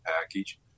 package